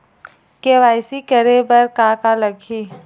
KYC करे बर का का लगही?